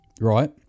right